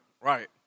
Right